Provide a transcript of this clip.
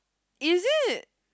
is it